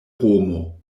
romo